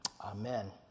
Amen